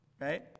Right